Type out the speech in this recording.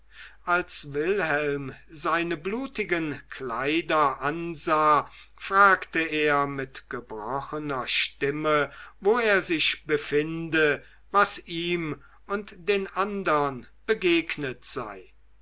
als wilhelm seine blutigen kleider ansah fragte er mit gebrochener stimme wo er sich befinde was ihm und den andern begegnet sei